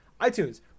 iTunes